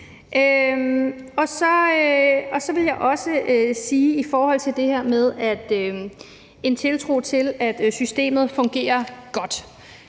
Så vil jeg også sige noget i forhold til det her med, at man har en tiltro til, at systemet fungerer godt.